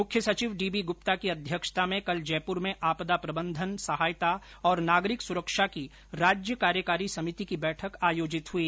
मुख्य सचिव डीबी गुप्ता की अध्यक्षता में कल जयपुर में आपदा प्रबंधन सहायता और नागरिक सुरक्षा की राज्य कार्यकारी समिति की बैठक आयोजित हुई